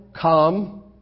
come